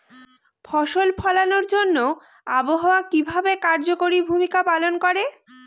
ফসল ফলানোর জন্য আবহাওয়া কিভাবে কার্যকরী ভূমিকা পালন করে?